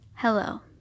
Hello